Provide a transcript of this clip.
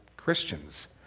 Christians